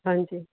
ਹਾਂਜੀ